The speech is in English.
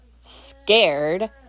scared